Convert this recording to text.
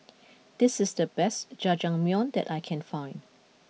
this is the best Jajangmyeon that I can find